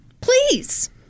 please